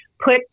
put